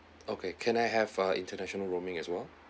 okay can I have ah international roaming as well